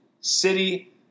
City